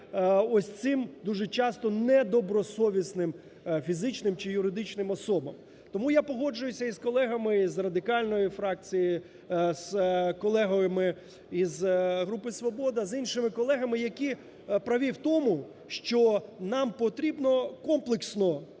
ось цим дуже часто недобросовісним фізичним чи юридичним особам. Тому я погоджуюсь із колегами із Радикальної фракції, з колегами із групи "Свобода", з іншими колегами, які праві в тому, що нам потрібно комплексно